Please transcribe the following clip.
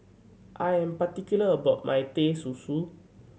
I am particular about my Teh Susu